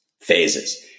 phases